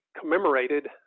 commemorated